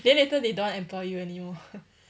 then later they don't want employ you anymore